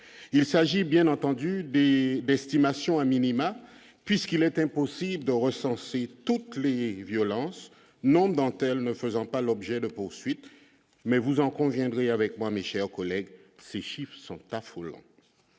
il s'agit bien entendu et destination a minima, puisqu'il est impossible de recenser toutes les violences non dentelle ne faisant pas l'objet de poursuites, mais vous en conviendrez avec moi mais, chers collègues, ces chiffres sont affolants